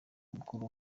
mukuru